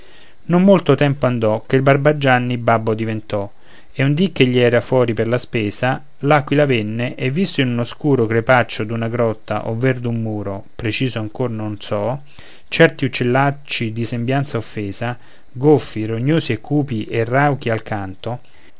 non molto tempo andò che il barbagianni babbo diventò e un dì ch'egli era fuori per la spesa l'aquila venne e visto in un oscuro crepaccio d'una grotta ovver d'un muro preciso ancor nol so certi uccellacci di sembianza offesa goffi rognosi e cupi e rauchi al canto